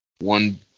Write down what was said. one